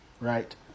Right